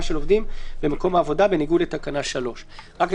של עובדים למקום העבודה בניגוד לתקנה 3. (היו"ר איתן גינזבורג,